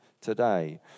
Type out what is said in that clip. today